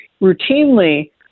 routinely